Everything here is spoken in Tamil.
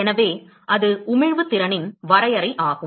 எனவே அது உமிழ்வு திறனின் வரையறை ஆகும்